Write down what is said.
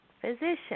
physician